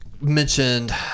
mentioned